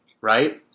right